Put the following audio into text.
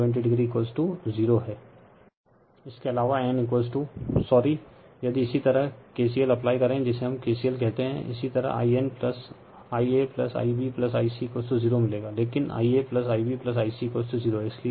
Refer Slide Time 3357 इसके अलावा nसॉरीयदि इसी तरह KCL अप्लाई करें जिसे हम KCL कहते हैं इसी तरह InIa Ib Ic0 मिलेगा लेकिन Ia Ib Ic 0 हैं